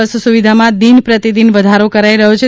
બસ સુવિધામાં દિન પ્રતિદિન વધારો કરાઇ રહ્યો છે